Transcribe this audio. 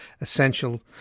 Essential